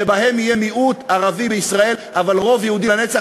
שבהן יהיה מיעוט ערבי בישראל, אבל רוב יהודי לנצח.